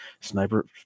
sniper